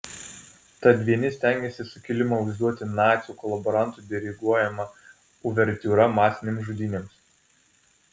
tad vieni stengiasi sukilimą vaizduoti nacių kolaborantų diriguojama uvertiūra masinėms žudynėms